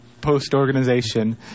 post-organization